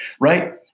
Right